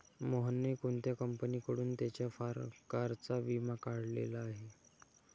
मोहनने कोणत्या कंपनीकडून त्याच्या कारचा विमा काढलेला आहे?